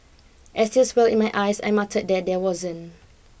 as tears welled in my eyes I muttered that there wasn't